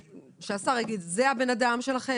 והשר יגיד לנפגעים: זה הבן אדם,